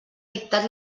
dictat